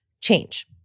change